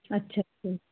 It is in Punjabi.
ਅੱਛਾ